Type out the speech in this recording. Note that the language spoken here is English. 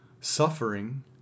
Suffering